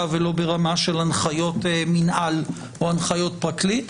ולא ברמה של הנחיות מינהל או הנחיות פרקליט.